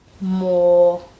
more